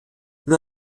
nur